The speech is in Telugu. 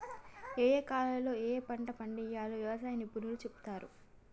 ఏయే కాలాల్లో ఏయే పంటలు పండియ్యాల్నో వ్యవసాయ నిపుణులు చెపుతారు